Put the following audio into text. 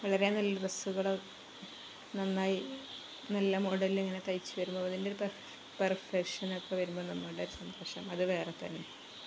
വളരെ നല്ല ഡ്രസ്സുകള് നന്നായി നല്ല മോഡലിങ്ങനെ തയ്ച്ചുവരുമ്പോള് അതിൻ്റൊരു പെർഫെക്ഷനൊക്കെ വരുമ്പോ ള് നമ്മളുടെയൊരു സന്തോഷം അതു വേറെ തന്നെ